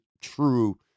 true